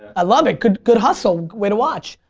ah love it, good good hustle. way to watch.